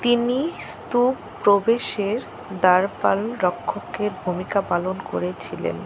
তিনি স্তূপ প্রবেশের দ্বারপাল রক্ষকের ভূমিকা পালন করেছিলেন